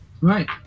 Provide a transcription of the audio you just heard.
right